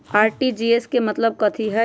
RTGS के मतलब कथी होइ?